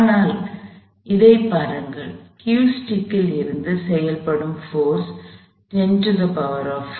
ஆனால் இதைப் பாருங்கள் Q ஸ்டிக் ல் இருந்து செயல்படும் போர்ஸ் 105 N